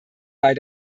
bei